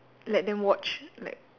let them watch like